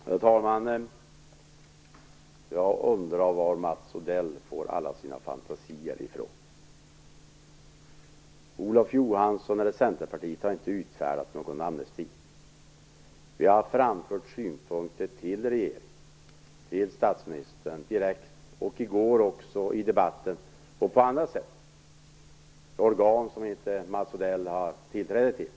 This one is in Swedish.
Herr talman! Jag undrar var Mats Odell får alla sina fantasier ifrån. Olof Johansson eller Centerpartiet har inte utfärdat någon amnesti. Vi har framfört synpunkter direkt till regeringen och statsministern, i går i debatten och på annat sätt i organ som Mats Odell inte har tillträde till.